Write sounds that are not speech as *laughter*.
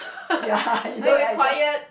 ya *laughs* you don't I just